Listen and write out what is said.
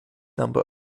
number